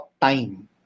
time